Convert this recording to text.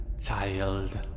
child